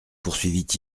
poursuivit